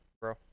bro